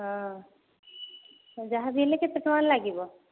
ହଁ ଯାହାବି ହେଲେ କେତେ ଟଙ୍କା ଲାଗିବ